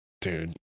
dude